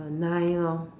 a nine lor